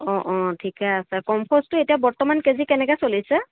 অঁ অঁ ঠিকে আছে কম্পষ্টটো এতিয়া বৰ্তমান কেজি কেনেকে চলিছে